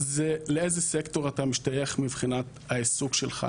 זה לאיזה סקטור אתה משתייך מבחינת העיסוק שלך,